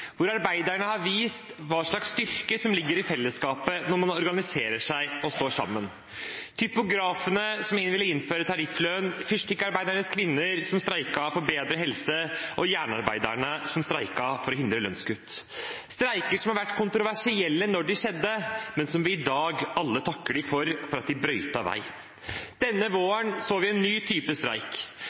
Arbeiderne har vist hvilken styrke som ligger i fellesskapet når man organiserer seg og står sammen: typografene som ville innføre tarifflønn, de kvinnelige fyrstikkarbeiderne som streiket for bedre helse, og jernarbeiderne som streiket for å hindre lønnskutt. Det er streiker som var kontroversielle da de skjedde, men som vi i dag alle takker for, fordi de brøytet vei. Denne våren så vi en ny type streik.